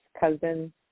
cousin